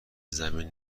زمین